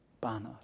banner